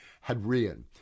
Hadrian